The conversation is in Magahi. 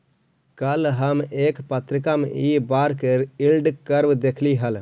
कल हम एक पत्रिका में इ बार के यील्ड कर्व देखली हल